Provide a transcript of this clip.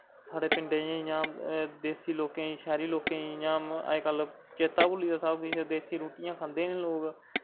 साढ़ै पिंडै च इ'यां शैह्री लोकें गी इ'यां चेत्ता गै भुल्ली दा सब किश देस्सी रुट्टियां खंदे हे लोग